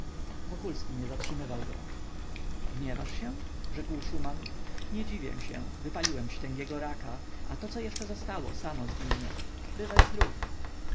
myślami wokulski nie zatrzymywał go gniewasz się rzekł szuman nie dziwię się wypaliłem ci tęgiego raka a to co jeszcze zostało samo zginie bywaj zdrów